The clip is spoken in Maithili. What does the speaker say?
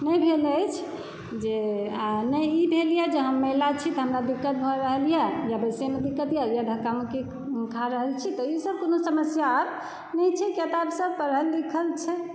नहि भेल अछि जे आ नहि इ भेल यऽ जे हम महिला छी तऽ हमरा दिक्कत भऽ रहलए या बैसयमे दिक्कतए या धक्का मुक्की खा रहल छी तऽ ईसभ कोनो समस्या आब नहि छै किआ तऽ आब सभ पढ़ल लिखल छै